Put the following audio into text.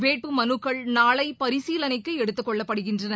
வேட்பு மனுக்கள் நாளை பரிசீலனைக்கு எடுத்துக் கொள்ளப்படுகின்றன